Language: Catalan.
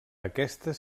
aquestes